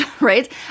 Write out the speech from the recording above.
right